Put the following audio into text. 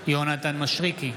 יונתן מישרקי,